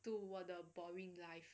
to 我的 boring life